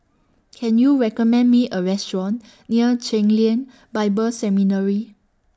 Can YOU recommend Me A Restaurant near Chen Lien Bible Seminary